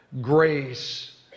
grace